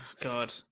God